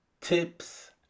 tips